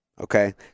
okay